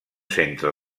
centre